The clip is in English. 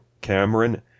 Cameron